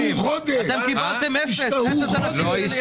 --- חודש --- אתם קיבלתם אפס חולי קורונה.